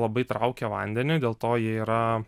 labai traukia vandenį dėl to jie yra